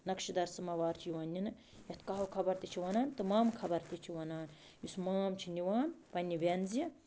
نِقشہٕ دار سَمٛاوار چھِ یوان نِنٛنہٕ یَتھ کَہٕوٕ خبر تہِ چھِ وَنان تہِ مامہٕ خبر تہِ چھِ وَنان یُس مام چھِ نِوان پَنٛنہِ بٮ۪نزِ